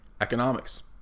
Economics